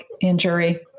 injury